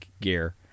gear